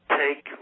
take